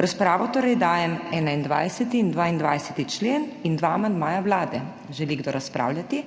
V razpravo torej dajem 21. in 22. člen in dva amandmaja Vlade. Želi kdo razpravljati?